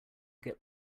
get